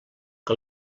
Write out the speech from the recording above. que